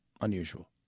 unusual